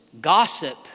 gossip